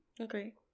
Okay